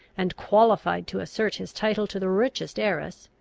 and qualified to assert his title to the richest heiress.